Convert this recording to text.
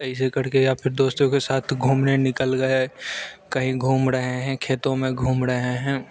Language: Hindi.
ऐसे कर के या फिर दोस्तों के साथ घूमने निकल गए कहीं घूम रहे हैं खेतों में घूम रहे हैं